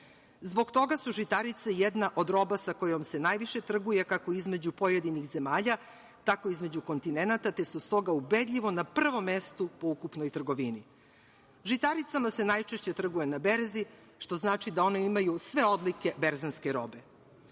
Zbog toga su žitarice jedna od roba sa kojom se najviše trguje kako između pojedinih zemalja, tako i između kontinenata, te su stoga ubedljivo na prvom mestu u ukupnoj trgovini. Žitaricama se najčešće trguje na berzi, što znači da one imaju sve odlike berzanske robe.